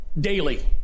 Daily